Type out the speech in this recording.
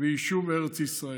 ויישוב ארץ ישראל.